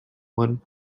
one